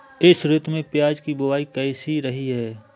इस ऋतु में प्याज की बुआई कैसी रही है?